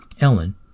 Ellen